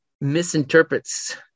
misinterprets